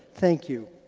thank you.